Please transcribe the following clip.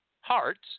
hearts